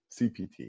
CPT